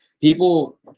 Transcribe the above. people